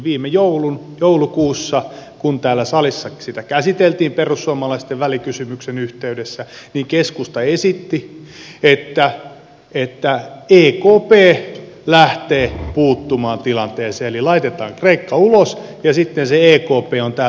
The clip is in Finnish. viime joulukuussa kun täällä salissa sitä käsiteltiin perussuomalaisten välikysymyksen yhteydessä keskusta esitti että ekp lähtee puuttumaan tilanteeseen eli laitetaan kreikka ulos ja sitten se ekp on täällä se puskuri